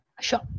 Sure